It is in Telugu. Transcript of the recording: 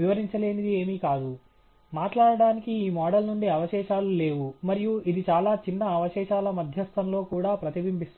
వివరించలేనిది ఏమీ లేదు మాట్లాడటానికి ఈ మోడల్ నుండి అవశేషాలు లేవు మరియు ఇది చాలా చిన్న అవశేషాల మధ్యస్థంలో కూడా ప్రతిబింబిస్తుంది